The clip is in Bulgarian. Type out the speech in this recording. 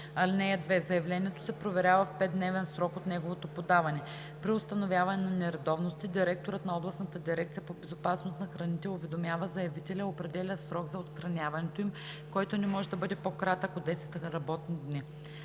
(2) Заявлението се проверява в 5-дневен срок от неговото подаване. При установяване на нередовности директорът на областната дирекция по безопасност на храните уведомява заявителя и определя срок за отстраняването им, който не може да бъде по-кратък от 10 работни дни.